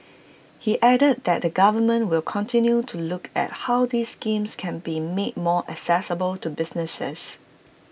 he added that the government will continue to look at how these schemes can be made more accessible to businesses